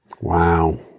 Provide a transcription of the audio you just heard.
wow